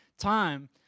time